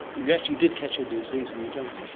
you actually did catch a disease in the jungle, did you?